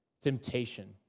temptation